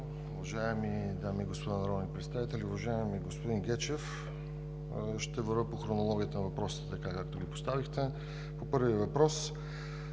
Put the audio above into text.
уважаеми дами и господа народни представители! Уважаеми господин Гечев, ще вървя по хронологията на въпросите, както ги поставихте. По първия въпрос.